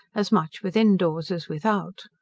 as much within doors as without.